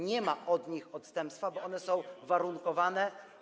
Nie ma od nich odstępstwa, bo one są uwarunkowane.